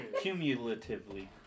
Cumulatively